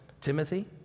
Timothy